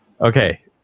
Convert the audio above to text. Okay